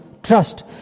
Trust